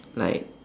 like